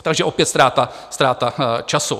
Takže opět ztráta, ztráta času.